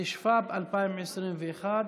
התשפ"ב 2021,